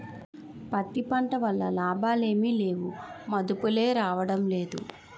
పత్తి పంట వల్ల లాభాలేమి లేవుమదుపులే రాడంలేదు